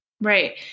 Right